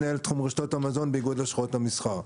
מנהל תחום רשתות המזון באיגוד לשכות המסחר.